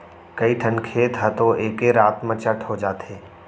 कइठन खेत ह तो एके रात म चट हो जाथे